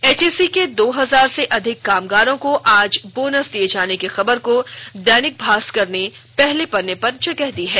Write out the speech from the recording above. HEC के दो हजार से अधिक कामगारों को आज बोनस दिये जाने की खबर को दैनिक भास्कर ने पहले पन्ने पर जगह दी है